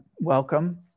welcome